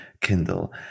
kindle